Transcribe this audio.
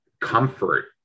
comfort